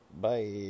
Bye